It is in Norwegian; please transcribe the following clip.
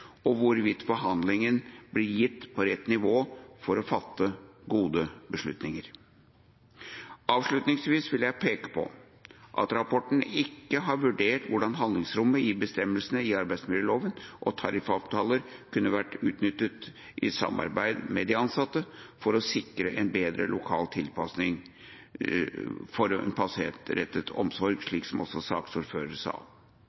og hvorvidt behandlingen blir gitt på rett nivå for å fatte gode beslutninger. Avslutningsvis vil jeg peke på at rapporten ikke har vurdert hvordan handlingsrommet i bestemmelsene i arbeidsmiljøloven og tariffavtaler kunne vært utnyttet i samarbeid med de ansatte for å sikre en bedre lokal tilpasning til pasientrettet omsorg, slik også saksordføreren sa.